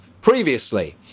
previously